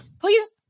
Please